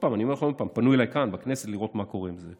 אני אומר לך עוד פעם שפנו אליי בכנסת לראות מה קורה עם זה.